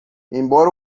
embora